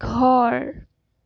ঘৰ